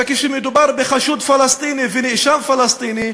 וכשמדובר בחשוד פלסטיני ונאשם פלסטיני,